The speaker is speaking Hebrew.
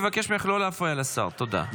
אני מבקש ממך לא להפריע לשר, תודה.